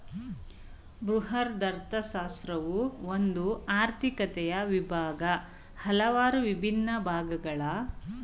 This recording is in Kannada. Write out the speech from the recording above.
ಬೃಹದರ್ಥಶಾಸ್ತ್ರವು ಒಂದು ಆರ್ಥಿಕತೆಯ ವಿಭಾಗ, ಹಲವಾರು ವಿಭಿನ್ನ ಭಾಗಗಳ ಅರ್ಥಿಕತೆ ತೋರಿಸುತ್ತೆ